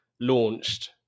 launched